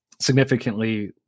significantly